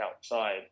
outside